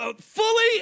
fully